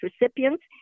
recipients